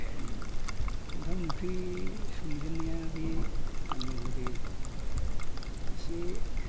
ओंखाम ओंख्रि संजेननाया बे आङो गोदो इसे